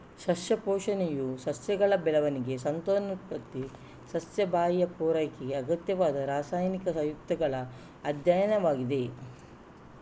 ಸಸ್ಯ ಪೋಷಣೆಯು ಸಸ್ಯಗಳ ಬೆಳವಣಿಗೆ, ಸಂತಾನೋತ್ಪತ್ತಿ, ಸಸ್ಯ ಬಾಹ್ಯ ಪೂರೈಕೆಗೆ ಅಗತ್ಯವಾದ ರಾಸಾಯನಿಕ ಸಂಯುಕ್ತಗಳ ಅಧ್ಯಯನವಾಗಿದೆ